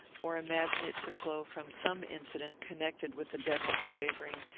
or imagine it to flow from some incident connected with the death of clavering,